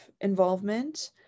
involvement